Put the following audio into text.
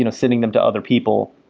you know sending them to other people,